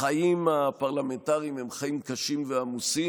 החיים הפרלמנטריים הם חיים קשים ועמוסים.